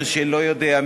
חברי חברי הכנסת,